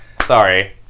Sorry